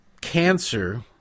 cancer